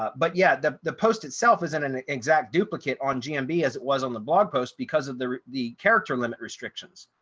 but yeah, the the post itself isn't an exact duplicate on gmb as it was on the blog post because of the the character limit restrictions.